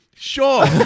Sure